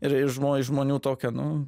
ir žmonės žmonių tokia nu